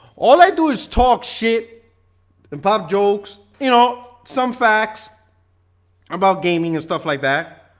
all i do is talk shit and pop jokes, you know some facts about gaming and stuff like that,